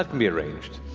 and be arranged.